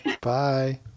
Bye